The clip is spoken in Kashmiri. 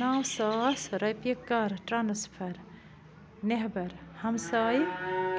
نَو ساس رۄپیہِ کَر ٹرٛانسفَر نیٚہبَر ہمساے